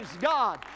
God